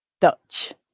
dutch